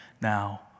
now